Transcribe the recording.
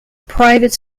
private